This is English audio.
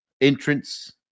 entrance